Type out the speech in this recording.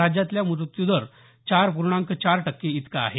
राज्यातला मृत्यूदर चार पूर्णांक चार टक्के इतका आहे